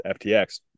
FTX